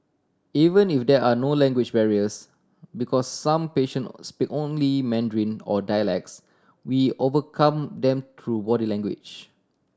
even if there are no language barriers because some patient speak only Mandarin or dialects we overcome them through body language